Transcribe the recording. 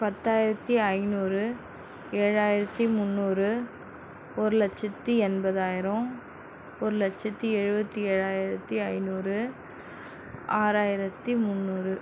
பத்தாயிரத்து ஐநூறு ஏழாயிரத்து முன்னூறு ஒரு லட்சத்து எண்பதாயிரோம் ஒரு லட்சத்து எழுபத்தி ஏழாயிரத்து ஐநூறு ஆறாயிரத்து முன்னூறு